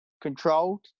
controlled